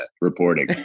reporting